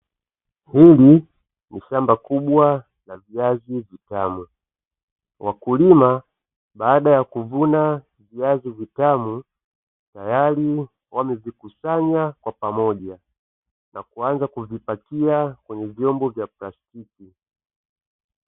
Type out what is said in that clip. Hili ni shamba kubwa la viazi vitamu wakulima baada ya kuvuna viazi vitamu, tayari wamevikusanya kwa pamoja na kuanza kuvipakia kwenye vyombo vya plastiki.